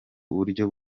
buryo